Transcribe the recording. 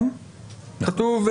כתוב: